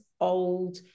old